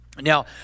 Now